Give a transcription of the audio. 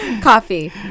Coffee